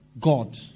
God